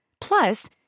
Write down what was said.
Plus